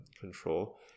control